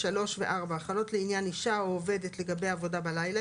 3 ו- 4 החלות לעניין אישה או עובדת לגבי עבודה בלילה,